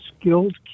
skilled